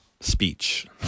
speech